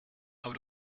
aber